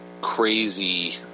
crazy